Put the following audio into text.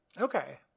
Okay